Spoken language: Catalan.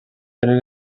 tenen